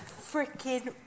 freaking